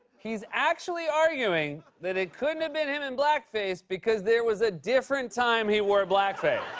he's actually arguing that it couldn't have been him in blackface because there was a different time he wore blackface.